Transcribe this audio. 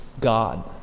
God